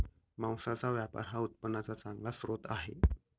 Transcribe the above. मांसाचा व्यापार हा उत्पन्नाचा चांगला स्रोत आहे